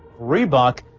reebok,